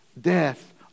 death